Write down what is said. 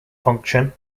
function